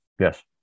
yes